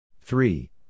Three